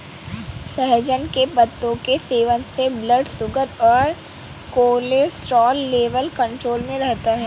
सहजन के पत्तों के सेवन से ब्लड शुगर और कोलेस्ट्रॉल लेवल कंट्रोल में रहता है